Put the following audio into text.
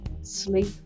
sleep